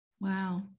Wow